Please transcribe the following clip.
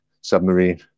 submarine